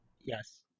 Yes